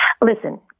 Listen